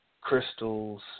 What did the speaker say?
crystals